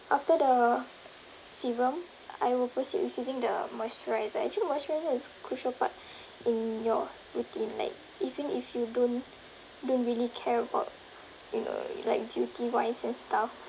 after the serum I will proceed with using the moisturiser actually moisturiser is crucial part in your routine like even if you don't don't really care about you know like beauty-wise and stuff